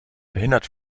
verhindert